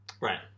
right